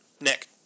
Nick